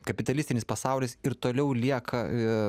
kapitalistinis pasaulis ir toliau lieka